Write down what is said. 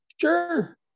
sure